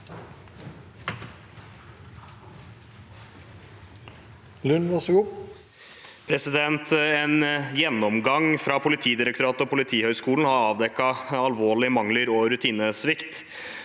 En gjennom- gang fra Politidirektoratet og Politihøgskolen har avdekket alvorlige mangler og rutinesvikt.